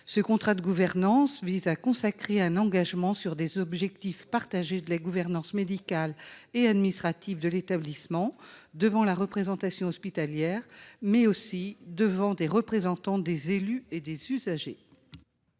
Ce contrat vise à consacrer un engagement sur les objectifs partagés de la gouvernance médicale et administrative de l’établissement devant la représentation hospitalière, mais aussi devant des représentants des élus et usagers.